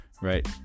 right